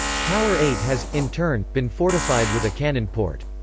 tower eight has, in turn, been fortified with a cannon port.